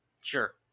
Sure